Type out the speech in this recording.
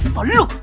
are you